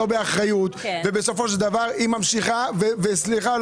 באחריות ובסופו של דבר היא ממשיכה וסליחה,